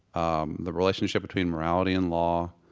um the relationship between morality and law,